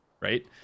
right